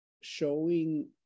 showing